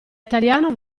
italiano